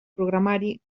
programari